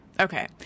Okay